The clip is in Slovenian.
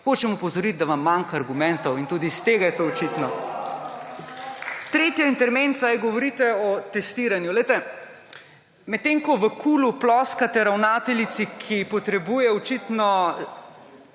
Hočem opozoriti, da vam manjka argumentov. Tudi iz tega je to očitno. Tretji intermezzo je, govorite o testiranju. Glejte, medtem ko v KUL-u ploskate ravnateljici, ki potrebuje očitno